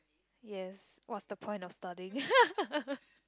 yes what's the point of studying